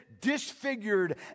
disfigured